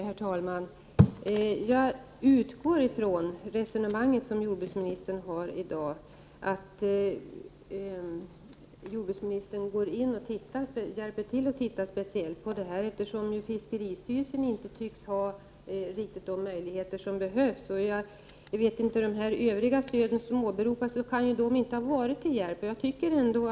Herr talman! Jag utgår ifrån det resonemang som jordbruksministern för i dag, och räknar med att jordbruksministern går in och särskilt ser över detta, eftersom fiskeristyrelsen inte förefaller ha de möjligheter som är nödvändiga. De övriga stöd som jordbruksministern åberopade tycks inte ha varit till någon hjälp.